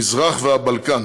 מזרח והבלקן.